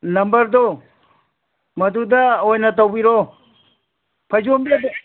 ꯅꯝꯕꯔꯗꯣ ꯃꯗꯨꯗ ꯑꯣꯏꯅ ꯇꯧꯕꯤꯔꯣ ꯐꯩꯖꯣꯝꯗꯤ ꯑꯗ